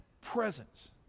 presence